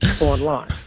online